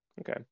okay